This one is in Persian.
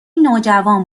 نوجوان